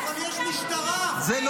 אבל יש מטרה, יש בית משפט, יש חוק.